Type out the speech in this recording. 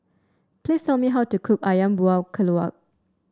please tell me how to cook ayam Buah Keluak